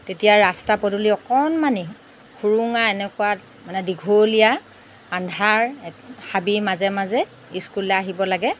তেতিয়া ৰাস্তা পদূলি অকণমানি সুৰুঙা এনেকুৱা মানে দীঘলীয়া আন্ধাৰ হাবিৰ মাজে মাজে স্কুললৈ আহিব লাগে